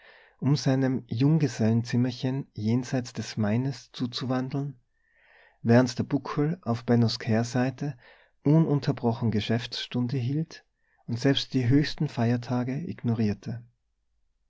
um seinem junggesellenzimmerchen jenseits des maines zuzuwandeln während der buckel auf bennos kehrseite ununterbrochen geschäftsstunde hielt und selbst die höchsten feiertage ignorierte